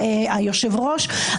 היושב-ראש,